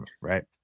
Right